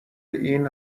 این